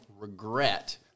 regret